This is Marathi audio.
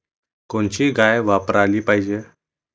कोनची गाय वापराली पाहिजे?